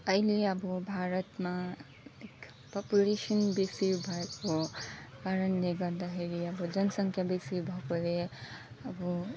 अहिले अब भारतमा पोपुलेसन बेसी भएको कारणले गर्दाखेरि अब जनसङ्ख्या बेसी भएकोले अब